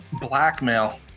blackmail